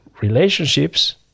relationships